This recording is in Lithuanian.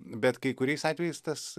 bet kai kuriais atvejais tas